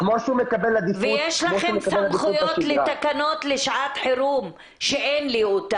ויש לכם סמכויות לתקנות לשעת חירום שאין לי אותן.